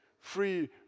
free